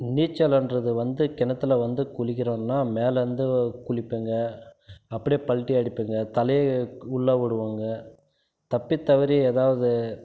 நீச்சலுன்றது வந்து கிணத்துல வந்து குளிக்கிறோம்னா மேலே இருந்து குளிப்பேங்க அப்படியே பல்டி அடிப்பேங்க தலையை உள்ள விடுவேங்க தப்பி தவறி ஏதாவது